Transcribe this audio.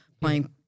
playing